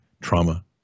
trauma